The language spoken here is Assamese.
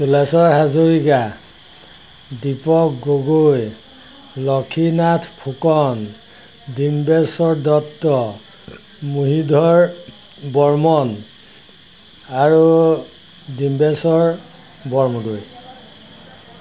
ফুলেশ্বৰ হাজৰিকা দীপক গগৈ লক্ষীনাথ ফুকন ডিম্বেশ্বৰ দত্ত মুহিধৰ বৰ্মন আৰু ডিম্বেশ্বৰ বৰমুদৈ